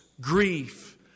grief